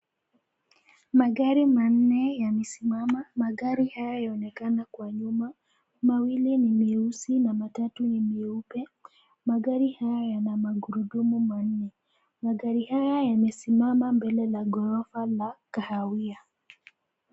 Magari manne yamesimama. Magari haya yanaonekana kwa nyuma, mawili ni meusi na matatu ni meupe. Magari haya yana magurudumu manne. Magari haya yamesimama mbele ya ghorofa la kahawia.